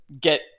get